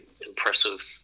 impressive